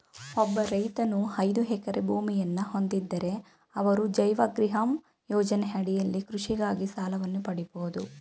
ಒಬ್ಬ ರೈತನು ಐದು ಎಕರೆ ಭೂಮಿಯನ್ನ ಹೊಂದಿದ್ದರೆ ಅವರು ಜೈವ ಗ್ರಿಹಮ್ ಯೋಜನೆ ಅಡಿಯಲ್ಲಿ ಕೃಷಿಗಾಗಿ ಸಾಲವನ್ನು ಪಡಿಬೋದು